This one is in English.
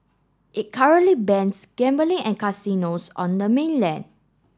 it currently bans gambling and casinos on the mainland